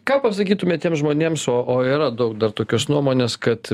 ką pasakytumėt tiems žmonėms o o yra daug dar tokios nuomonės kad